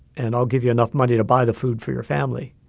and i'll give you enough money to buy the food for your family,